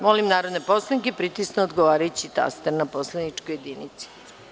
Molim narodne poslanike da pritisnu odgovarajući taster na poslaničkoj jedinici.